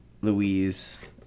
Louise